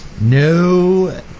No